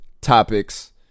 topics